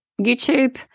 YouTube